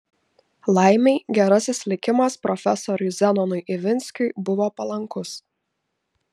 laimei gerasis likimas profesoriui zenonui ivinskiui buvo palankus